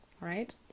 right